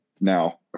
now